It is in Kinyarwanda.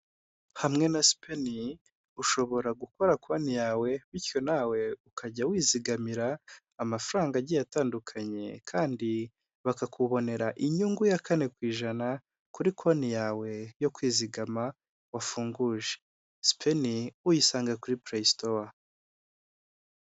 Hamwe na sipeni ushobora gukora konti yawe bityo nawe ukajya wizigamira amafaranga agiye atandukanye, kandi bakakubonera inyungu ya kane ku ijana kuri konti yawe yo kwizigama wafunguje. sipeni uyisanga kuri pureyi sitowa.